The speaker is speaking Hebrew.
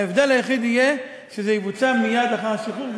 ההבדל היחיד יהיה שזה יבוצע מייד לאחר השחרור,